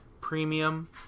Premium